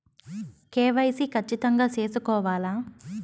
KYC ఖచ్చితంగా సేసుకోవాలా